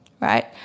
Right